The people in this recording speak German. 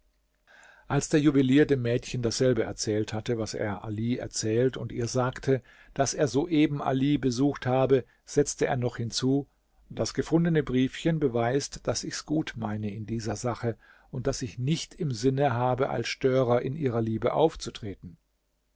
als der juwelier dem mädchen dasselbe erzählt hatte was er ali erzählt und ihr sagte daß er soeben ali besucht habe setzte er noch hinzu das gefundene briefchen beweist daß ich's gut meine in dieser sache und daß ich nicht im sinne habe als störer in ihrer liebe aufzutreten